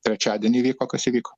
trečiadienį įvyko kas įvyko